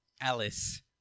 alice